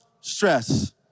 stress